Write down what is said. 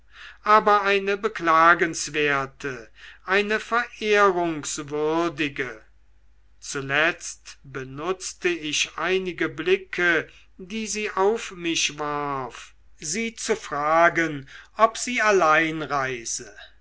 aber eine beklagenswerte eine verehrungswürdige zuletzt benutzte ich einige blicke die sie auf mich warf sie zu fragen ob sie allein reise